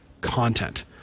content